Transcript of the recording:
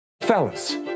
fellas